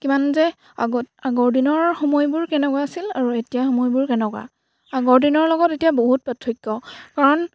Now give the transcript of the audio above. কিমান যে আগত আগৰ দিনৰ সময়বোৰ কেনেকুৱা আছিল আৰু এতিয়া সময়বোৰ কেনেকুৱা আগৰ দিনৰ লগত এতিয়া বহুত পাৰ্থক্য কাৰণ